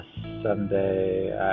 Sunday